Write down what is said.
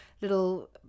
little